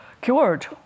cured